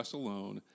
alone